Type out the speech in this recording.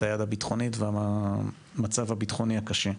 היד הביטחונית והמצב הביטחוני הקשה.